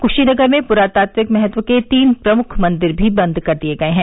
क्शीनगर में पुरातात्विक महत्व के तीन प्रमुख मंदिर भी बंद कर दिए गए हैं